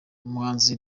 umuhanzi